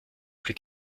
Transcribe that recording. plus